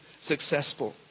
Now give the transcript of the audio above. successful